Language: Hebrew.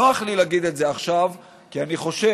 נוח לי להגיד את זה עכשיו, כי אני חושב